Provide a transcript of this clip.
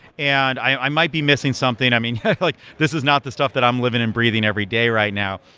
and i might be missing something. i mean like this is not the stuff that i'm living and breathing every day right now.